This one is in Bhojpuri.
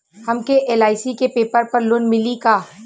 हमके एल.आई.सी के पेपर पर लोन मिली का?